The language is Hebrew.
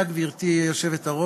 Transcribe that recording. תודה, גברתי היושבת-ראש.